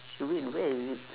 eh wait where is it